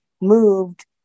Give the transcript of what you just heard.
moved